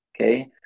Okay